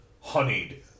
honeyed